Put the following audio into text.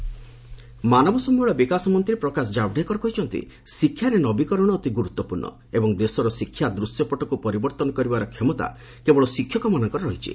Javadekar teachers ମାନବ ସମ୍ଭଳ ବିକାଶ ମନ୍ତ୍ରୀ ପ୍ରକାଶ ଜାଭ୍ଡେକର କହିଛନ୍ତି ଶିକ୍ଷାରେ ନବୀକରଣ ଅତି ଗୁରୁତ୍ୱପୂର୍ଣ୍ଣ ଏବଂ ଦେଶର ଶିକ୍ଷା ଦୂଶ୍ୟପଟକୁ ପରିବର୍ତ୍ତନ କରିବାର କ୍ଷମତା କେବଳ ଶିକ୍ଷକମାନଙ୍କର ରହିଛି